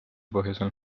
põhjusel